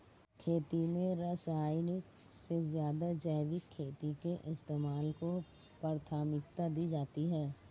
खेती में रासायनिक से ज़्यादा जैविक खेती के इस्तेमाल को प्राथमिकता दी जाती है